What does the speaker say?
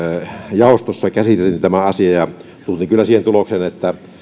jaostossa käsiteltiin tämä asia ja tultiin kyllä siihen tulokseen että